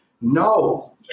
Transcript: no